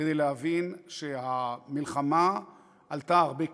כדי להבין שהמלחמה עלתה הרבה כסף,